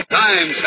time